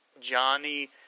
Johnny